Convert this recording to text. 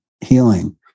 healing